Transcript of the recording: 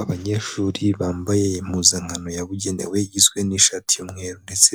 Abanyeshuri bambaye impuzankano yabugenewe, igizwe n'ishati y'umweru ndetse